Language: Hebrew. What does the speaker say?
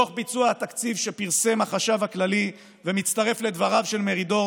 דוח ביצוע התקציב שפרסם החשב הכללי מצטרף לדבריו של מרידור.